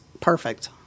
perfect